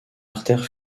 artère